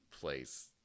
place